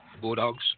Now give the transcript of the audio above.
Bulldogs